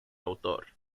autor